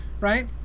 right